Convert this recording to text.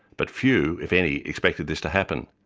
but few, if any, expected this to happen.